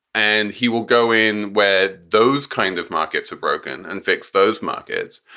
and he will go in where those kinds of markets are broken and fix those markets.